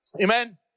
Amen